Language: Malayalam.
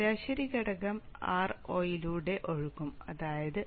ശരാശരി ഘടകം Ro യിലൂടെ ഒഴുകും അതായത് Io